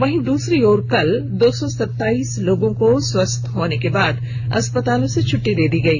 वहीं दूसरी ओर कल दो सौ सताईस लोगों को स्वस्थ होने के बाद अस्पतालों से छट्टी दे दी गई